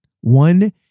One